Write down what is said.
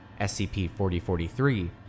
SCP-4043